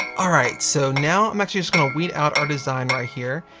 all right so now i'm actually just going to weed out our design right here.